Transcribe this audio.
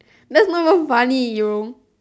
that's not even funny